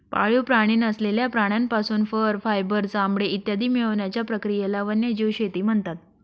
पाळीव प्राणी नसलेल्या प्राण्यांपासून फर, फायबर, चामडे इत्यादी मिळवण्याच्या प्रक्रियेला वन्यजीव शेती म्हणतात